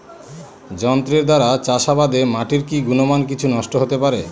যন্ত্রের দ্বারা চাষাবাদে মাটির কি গুণমান কিছু নষ্ট হতে পারে?